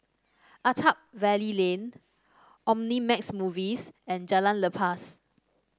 Attap Valley Lane Omnimax Movies and Jalan Lepas